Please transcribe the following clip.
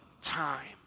time